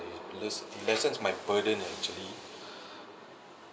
less lessens my burden actually